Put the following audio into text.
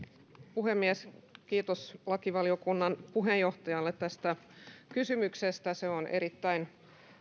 puhemies kiitos lakivaliokunnan puheenjohtajalle tästä kysymyksestä se on erittäin